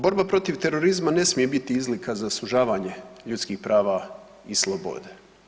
Borba protiv terorizma ne smije biti izlika za sužavanje ljudskih prava i slobode.